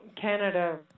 Canada